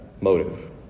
motive